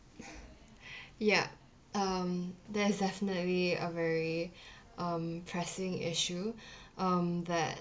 ya um that's definitely a very um pressing issue um that